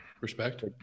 Respect